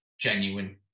genuine